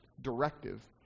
directive